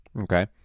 Okay